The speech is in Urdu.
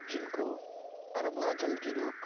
جن کو عرب و عجم کے لوگ